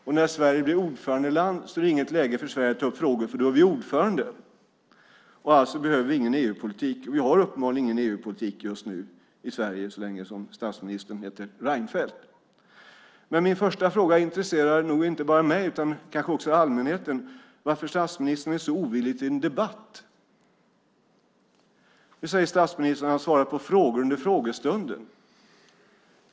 Och när Sverige blir ordförandeland är det inget läge för Sverige att ta upp frågor, för då är vi ordförande och alltså behöver vi ingen EU-politik. Och vi har uppenbarligen ingen EU-politik just nu i Sverige så länge som statsministern heter Reinfeldt. Min första fråga intresserar nog inte bara mig utan kanske också allmänheten, varför statsministern är så ovillig till en debatt. Nu säger statsministern att han svarar på frågor under frågestunden.